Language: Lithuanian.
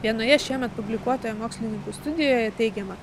vienoje šiemet publikuotoje mokslininkų studijoje teigiama